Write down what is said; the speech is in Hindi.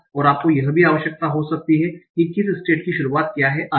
और आपको यह भी आवश्यकता हो सकती है कि किसी स्टेट की शुरुआत क्या है आदि